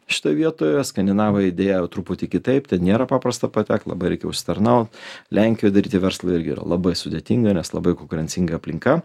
šitoj vietoje skandinavai deja truputį kitaip ten nėra paprasta patekt labai reikia užsitarnaut lenkijoj daryti verslą irgi yra labai sudėtinga nes labai konkurencinga aplinka